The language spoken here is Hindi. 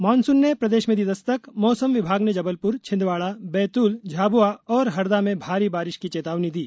मॉनसून ने प्रदेश में दी दस्तक मौसम विभाग ने जबलपुर छिंदवाड़ा बैतूल झाबुआ और हरदा में भारी बारिश की चेतावनी दी